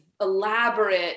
elaborate